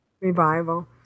Revival